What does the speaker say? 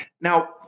Now